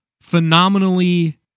phenomenally